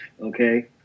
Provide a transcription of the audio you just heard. okay